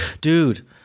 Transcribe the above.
dude